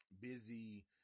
busy